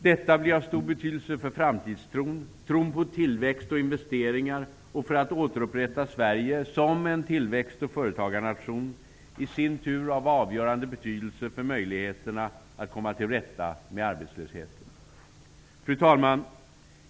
Detta blir av stor betydelse för framtidstron, tron på tillväxt och investeringar för att återupprätta Sverige som en tillväxt och företagarnation -- i sin tur av avgörande betydelse för möjligheterna att komma till rätta med arbetslösheten. Fru talman!